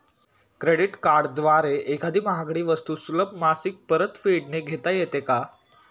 Credit कार्डद्वारे एखादी महागडी वस्तू सुलभ मासिक परतफेडने घेता येते का?